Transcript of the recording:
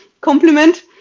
compliment